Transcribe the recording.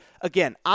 Again